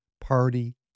party